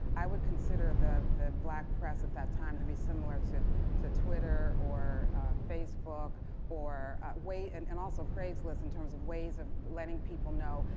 i would consider the the black press at that time to be similar to to twitter or facebook or way and and also craigslist in terms of ways of letting people know,